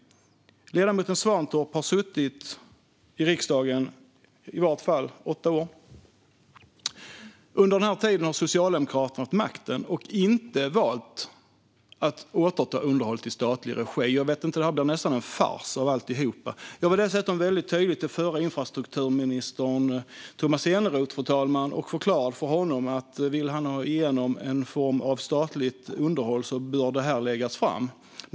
Ledamoten Svantorp har suttit i riksdagen i vart fall i åtta år. Under den tiden har Socialdemokraterna haft makten och inte valt att återta underhållet till statlig regi. Det blir nästan en fars av alltihop. Fru talman! Jag förklarade för den förre infrastrukturministern Tomas Eneroth att om han ville ha igenom en form av statligt underhåll borde det läggas fram ett sådant förslag.